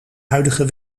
huidige